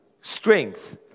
strength